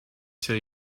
till